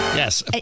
Yes